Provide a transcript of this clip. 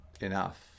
enough